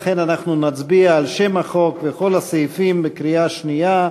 לכן אנחנו נצביע על שם החוק וכל הסעיפים בקריאה שנייה,